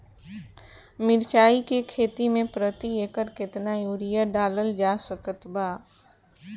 मिरचाई के खेती मे प्रति एकड़ केतना यूरिया डालल जा सकत बा?